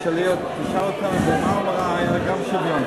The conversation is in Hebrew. בבקשה.